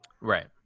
Right